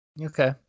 Okay